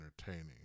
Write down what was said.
entertaining